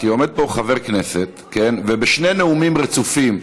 כי עומד פה חבר כנסת ובשני נאומים רצופים,